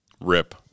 Rip